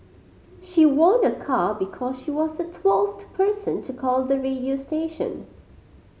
she won a car because she was the twelfth person to call the radio station